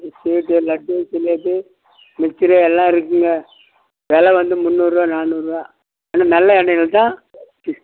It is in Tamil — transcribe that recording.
ம் ஸ்வீட்டில் லட்டு ஜிலேபி மிச்சர் எல்லாம் இருக்குதுங்க வெலை வந்து முன்னூறுபா நானூறுபா ஆனா நல்ல எண்ணெயில் தான்